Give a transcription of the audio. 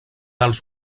els